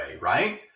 right